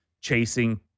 chasing